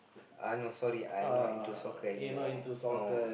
uh no sorry I'm not into soccer anymore no